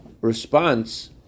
response